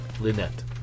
Lynette